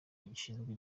gishinzwe